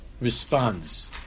responds